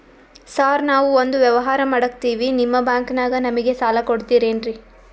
Sir ನಾವು ಒಂದು ವ್ಯವಹಾರ ಮಾಡಕ್ತಿವಿ ನಿಮ್ಮ ಬ್ಯಾಂಕನಾಗ ನಮಿಗೆ ಸಾಲ ಕೊಡ್ತಿರೇನ್ರಿ?